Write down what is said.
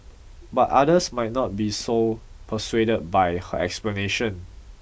but others might not be so persuaded by her explanation